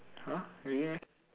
!huh! really meh